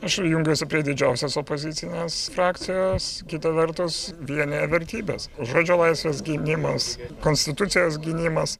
aš jungiuosi prie didžiausios opozicinės frakcijos kita vertus vienija vertybės žodžio laisvės gynimas konstitucijos gynimas